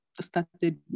started